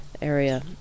area